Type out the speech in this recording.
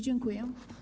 Dziękuję.